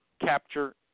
capture